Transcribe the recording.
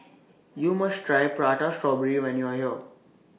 YOU must Try Prata Strawberry when YOU Are here